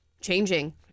changing